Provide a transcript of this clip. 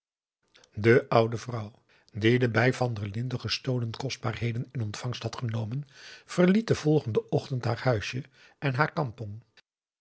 de oude vrouw die de bij van der linden gestolen kostbaarheden in ontvangst had genomen verliet den volgenden ochtend haar huisje en haar kampong